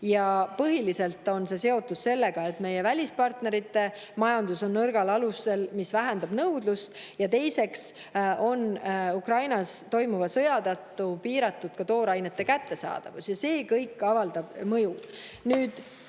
Põhiliselt on see [langus] seotud sellega, et meie välispartnerite majandus on nõrgal alusel, mis vähendab nõudlust, ja teiseks on Ukrainas toimuva sõja tõttu piiratud ka toorainete kättesaadavus. See kõik avaldab mõju.